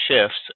shifts